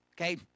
Okay